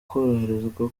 koroherezwa